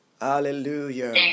Hallelujah